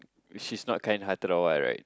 she's not kind hearted or what right